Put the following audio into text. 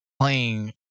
playing